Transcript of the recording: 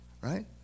right